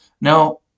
Now